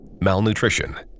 malnutrition